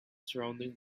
surrounding